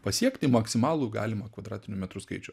pasiekti maksimalų galimą kvadratinių metrų skaičių